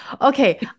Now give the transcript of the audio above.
Okay